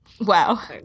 Wow